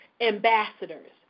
ambassadors